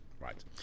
Right